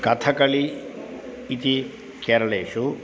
कथकळि इति केरळेषु